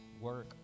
work